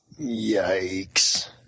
Yikes